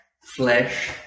flesh